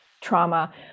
trauma